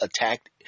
attacked